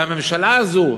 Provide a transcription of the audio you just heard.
והממשלה הזו,